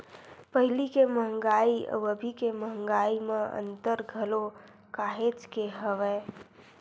पहिली के मंहगाई अउ अभी के मंहगाई म अंतर घलो काहेच के हवय